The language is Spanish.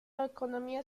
economía